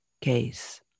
case